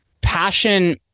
passion